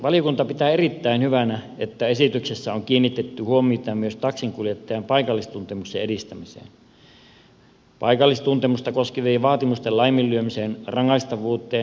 valiokunta pitää erittäin hyvänä että esityksessä on kiinnitetty huomiota myös taksinkuljettajan paikallistuntemuksen edistämiseen ja paikallistuntemusta koskevien vaatimusten laiminlyömisen rangaistavuuteen